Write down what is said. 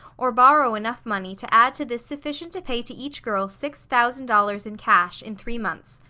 or borrow enough money to add to this sufficient to pay to each girl six thousand dollars in cash, in three months.